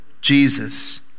Jesus